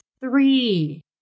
three